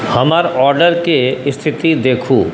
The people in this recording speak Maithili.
हमर ऑर्डरके स्थिति देखू